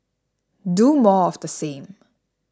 do more of the same